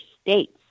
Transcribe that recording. States